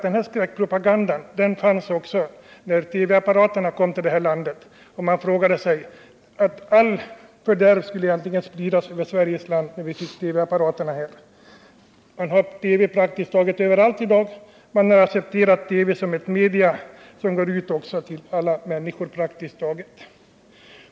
Denna skräckpropaganda fördes också när TV kom till vårt land. Allt fördärv skulle spridas över Sveriges land. Men man har TV praktiskt taget överallt i dag och har accepterat det som ett medium som går ut till alla människor.